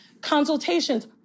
consultations